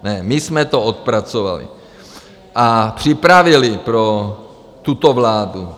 Ne, my jsme to odpracovali a připravili pro tuto vládu.